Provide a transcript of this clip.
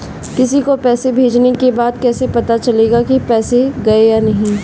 किसी को पैसे भेजने के बाद कैसे पता चलेगा कि पैसे गए या नहीं?